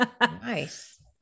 nice